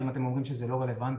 אם אתם אומרים שזה לא רלוונטי,